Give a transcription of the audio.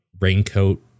Raincoat